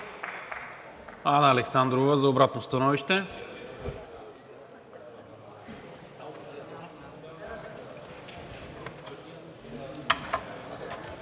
Анна Александрова за обратно становище.